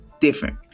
different